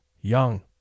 Young